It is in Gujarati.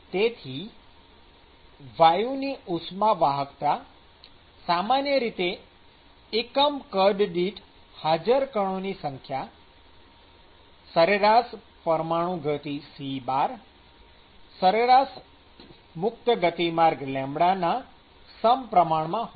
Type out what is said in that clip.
તેથી વાયુ ની ઉષ્માવાહકતા સામાન્ય રીતે એકમ કદ દીઠ હાજર કણોની સંખ્યા સરેરાશ પરમાણુગતિ c સરેરાશ મુક્ત ગતિમાર્ગ λ ના સમપ્રમાણમા હોય છે